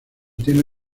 tiene